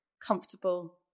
comfortable